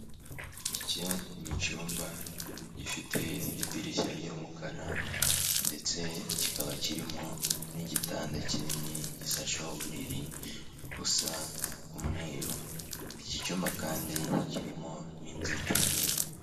Iki ni icyumba gifite idirishya ry'umukara ndetse kikaba kirimo n'igitanda kinini gisasheho uburiri busa umweru. Iki cyumba kandi kirimo n'inzitiramibu.